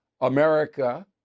America